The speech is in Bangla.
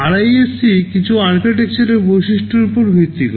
RISC কিছু architecture এর বৈশিষ্ট্যের উপর ভিত্তি করে